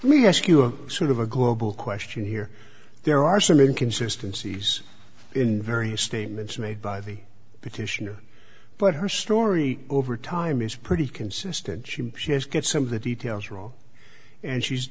let me ask you a sort of a global question here there are some in consistencies in various statements made by the petitioner but her story over time is pretty consistent she has got some of the details wrong and she's